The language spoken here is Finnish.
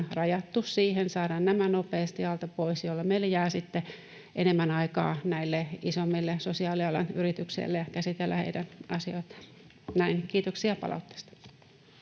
rajattu siihen. Saadaan nämä nopeasti alta pois, jolloin meille jää sitten enemmän aikaa näille isommille sosiaalialan yrityksille käsitellä heidän asioitaan. — Näin. Kiitoksia palautteesta.